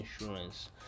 insurance